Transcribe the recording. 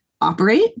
operate